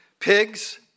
pigs